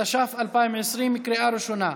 התש"ף 2020, לקריאה ראשונה.